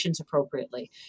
appropriately